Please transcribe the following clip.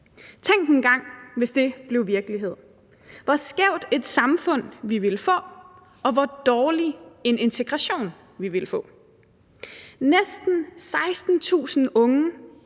Tænk engang, hvis det blev virkelighed; tænk, hvor skævt et samfund vi ville få, og hvor dårlig en integration vi ville få. Næsten 16.000 unge